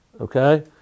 Okay